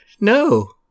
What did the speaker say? No